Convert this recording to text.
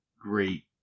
great